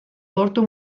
portu